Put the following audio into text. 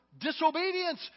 disobedience